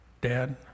dad